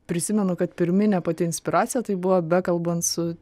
prisimenu kad pirminė pati inspiracija tai buvo bekalbant su